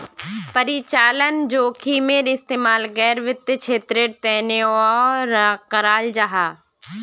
परिचालन जोखिमेर इस्तेमाल गैर वित्तिय क्षेत्रेर तनेओ कराल जाहा